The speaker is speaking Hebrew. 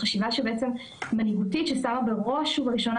בעצם חשיבה מנהיגותית ששמה בראש ובראשונה